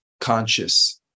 conscious